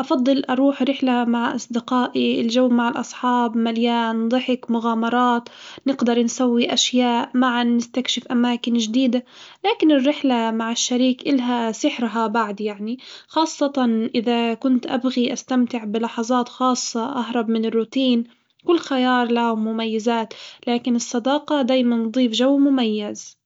أفضل أروح رحلة مع أصدقائي، الجو مع الأصحاب مليان ضحك، مغامرات، نقدر انسوي أشياء معًا نستكشف أماكن جديدة، لكن الرحلة مع الشريك إلها سحرها بعد يعني خاصة إذا كنت أبغي أستمتع بلحظات خاصة أهرب من الروتين كل خيار له مميزات، لكن الصداقة دايمًا تضيف جو مميز.